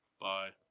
Bye